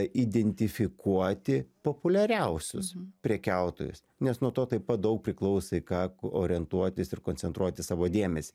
identifikuoti populiariausius prekiautojus nes nuo to taip pat daug priklausė į ką orientuotis ir koncentruoti savo dėmesį